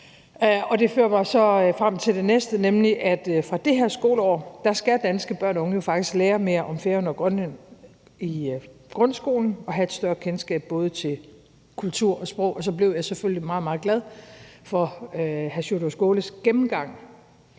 Det fører mig så frem til det næste, nemlig at fra det her skoleår skal danske børn og unge jo faktisk lære mere om Færøerne og Grønland i grundskolen og have et større kendskab til både kultur og sprog. Så blev jeg selvfølgelig meget, meget glad for hr. Sjúrður Skaales gennemgang.